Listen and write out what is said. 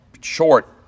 short